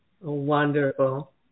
Wonderful